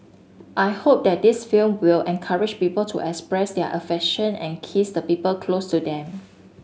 I hope that this film will encourage people to express their affection and kiss the people close to them